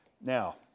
Now